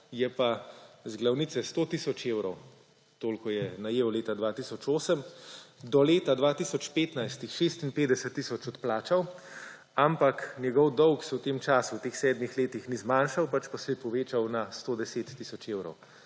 je pa iz glavnice 100 tisoč evrov, toliko je najel leta 2008, do leta 2015 je 56 tisoč odplačal, ampak njegov dolg se je v tem času, v teh sedmih letih, ni zmanjšal, pač pa seje povečal na 110 tisoč evrov.